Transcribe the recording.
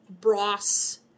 brass